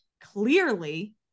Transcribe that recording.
clearly